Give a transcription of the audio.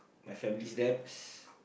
my family debts